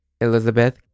Elizabeth